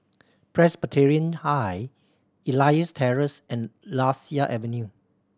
Presbyterian High Elias Terrace and Lasia Avenue